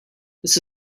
this